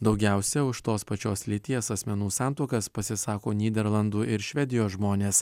daugiausia už tos pačios lyties asmenų santuokas pasisako nyderlandų ir švedijos žmonės